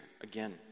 again